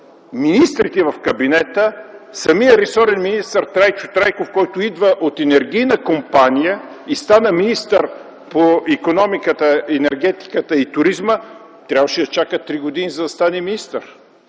министрите в кабинета, самият ресорен министър Трайчо Трайков, който идва от енергийна компания и стана министър по икономиката, енергетиката и туризма, трябваше да чака три години, за да стане министър.